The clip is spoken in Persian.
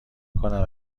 کنم